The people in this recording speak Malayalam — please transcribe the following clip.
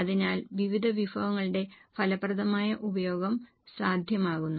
അതിനാൽ വിവിധ വിഭവങ്ങളുടെ ഫലപ്രദമായ ഉപയോഗം സാധ്യമാകുന്നു